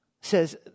says